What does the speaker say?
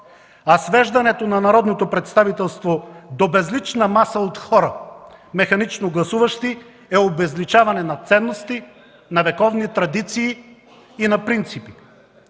а свеждането на народното представителство до безлична маса от хора – механично гласуващи, е обезличаване на ценности, на вековни традиции и на принципи.